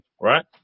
right